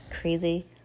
crazy